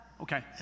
Okay